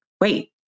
wait